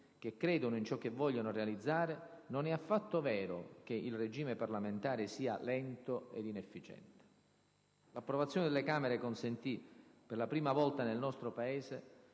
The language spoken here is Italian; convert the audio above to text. che credono in ciò che vogliono realizzare, non è affatto vero che «il regime parlamentare sia lento ed inefficiente». L'approvazione delle Camere consentì, per la prima volta nel nostro Paese,